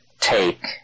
take